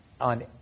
on